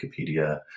wikipedia